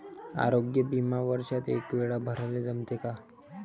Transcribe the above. आरोग्य बिमा वर्षात एकवेळा भराले जमते का?